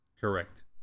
Correct